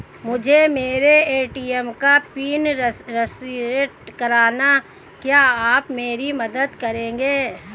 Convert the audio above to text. मुझे मेरे ए.टी.एम का पिन रीसेट कराना है क्या आप मेरी मदद करेंगे?